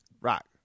rock